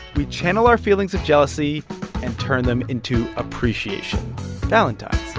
we channel our feelings of jealousy and turn them into appreciation valentines